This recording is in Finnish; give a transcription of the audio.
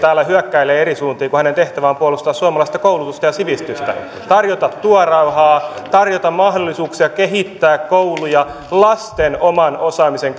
täällä hyökkäilee eri suuntiin kun hänen tehtävään on puolustaa suomalaista koulutusta ja sivistystä tarjota työrauhaa tarjota mahdollisuuksia kehittää kouluja lasten oman osaamisen